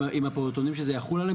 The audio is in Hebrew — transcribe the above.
עם הפעוטונים שזה יחול עליהם.